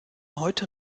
heute